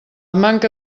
manca